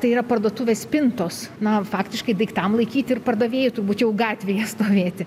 tai yra parduotuvės spintos na faktiškai daiktam laikyti ir pardavėjai turbūt jau gatvėje stovėti